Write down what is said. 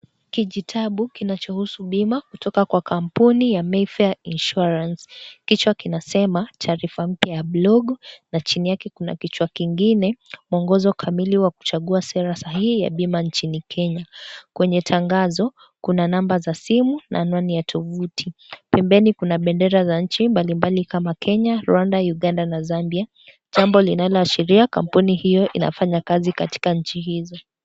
Kijitabu kinachohusu bima kutoka kwa kampuni ya Mayfair Insurance. Kichwa kinasema, taarifa mpya ya blogo, na chini yake kuna kichwa kingine, mwongozo kamili wa kuchagua sera sahihi ya bima nchini Kenya. Kwenye tangazo, kuna namba za simu na anwani ya tovuti. Pembeni kuna bendera za nchi mbalimbali kama Kenya, Rwanda, Uganda na Zambia. Jambo linaloashiria kampuni hiyo inafanya kazi katika nchi hizo.